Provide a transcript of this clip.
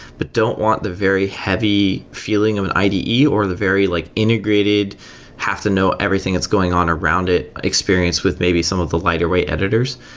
but don't want the very heavy feeling of an ide or the very like integrated have to know everything that's going on around it experience with maybe some of the lighter weight editors.